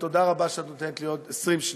ותודה רבה שאת נותנת לי עוד 20 שניות.